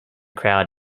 crowd